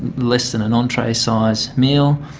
less than an entree-size meal,